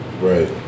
Right